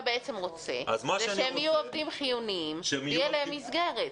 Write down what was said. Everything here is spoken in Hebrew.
רוצה שהם יהיו עובדים חיוניים ואז לילדי העובדים תהיה מסגרת.